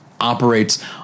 operates